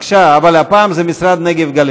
בבקשה, אבל הפעם זה משרד הנגב,